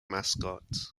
mascot